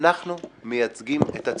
אנחנו מייצגים את הציבור.